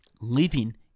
Living